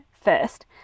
first